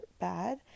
bad